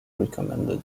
recommended